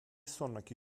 sonraki